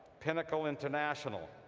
pinnacle international,